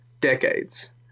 decades